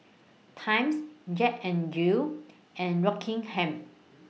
Times Jack N Jill and Rockingham